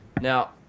Now